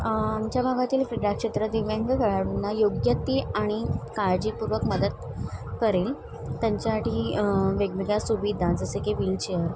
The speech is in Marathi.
आमच्या भागातील प्रिढाक्षेत्र दिव्यांना योग्यते आणि काळजीपूर्वक मदत करेल त्यांच्यासाठी वेगवेगळ्या सुविधा जसे की विलचेअर